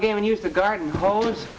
game and use the garden ho